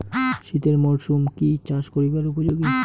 শীতের মরসুম কি চাষ করিবার উপযোগী?